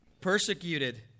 persecuted